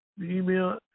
email